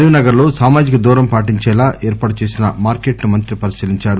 కరీంనగర్ లో సామాజిక దూరం పాటించేలా ఏర్పాటు చేసిన మార్కెట్ ను మంత్రి పరిశీలించారు